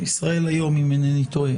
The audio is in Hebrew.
היום אם אינני טועה.